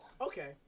Okay